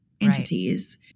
entities